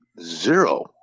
zero